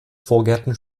vorgärten